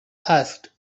asked